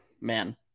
man